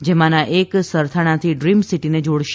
જેમાંનાં એક સરથાણાથી ડ્રીમ સીટીને જોડશે